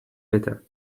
better